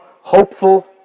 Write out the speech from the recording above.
hopeful